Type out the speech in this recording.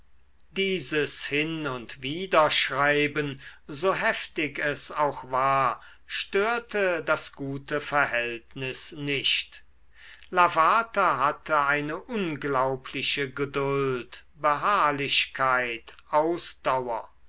dieses hin und widerschreiben so heftig es auch war störte das gute verhältnis nicht lavater hatte eine unglaubliche geduld beharrlichkeit ausdauer